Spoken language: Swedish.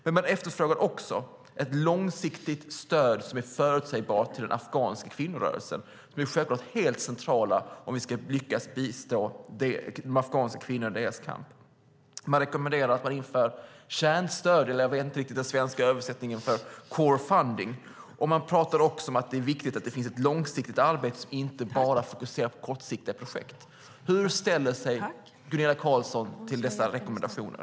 Man efterfrågar också ett långsiktigt, förutsägbart stöd till den afghanska kvinnorörelsen, som självklart är helt central om vi ska lyckas bistå de afghanska kvinnorna i deras kamp. Man rekommenderar att det införs kärnstöd, som skulle kunna vara den svenska översättningen av core funding. Man pratar också om att det är viktigt att det finns ett långsiktigt arbete som inte bara fokuserar på kortsiktiga projekt. Hur ställer sig Gunilla Carlsson till dessa rekommendationer?